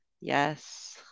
Yes